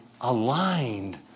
aligned